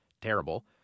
terrible